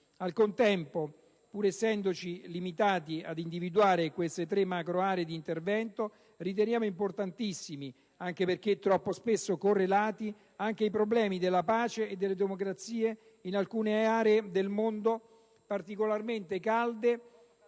Al contempo, pur essendoci limitati ad individuare queste tre macroaree di intervento, riteniamo importantissimi, anche perché troppo spesso correlati, i problemi della pace e della democrazia in alcune aree del mondo particolarmente calde